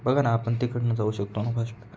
बघा ना आपण तिकडनं जाऊ शकतो ना फास्ट